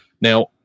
Now